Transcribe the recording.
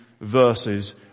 verses